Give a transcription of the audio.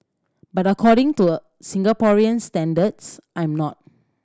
but according to a Singaporean standards I'm not